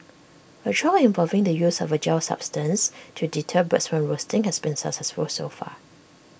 A trial involving the use of A gel substance to deter birds from roosting has been successful so far